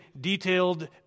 detailed